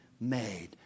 made